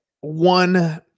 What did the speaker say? one